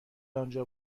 انجا